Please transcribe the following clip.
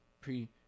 pre